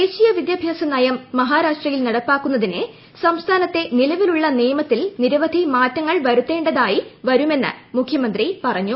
ദേശീയ വിദ്യാഭ്യാസ നയം മഹാരാഷ്ട്രയിൽ നടപ്പാക്കുന്നതിന് സംസ്ഥാനത്തെ നിലവിലുള്ള നിയമത്തിൽ നിരവധി മാറ്റങ്ങൾ വരുത്തേണ്ടതായി വരുള്ളമന്ന് മുഖ്യമന്ത്രി ഉദ്ദവ് താക്കറെ പറഞ്ഞു